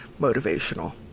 motivational